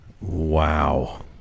Wow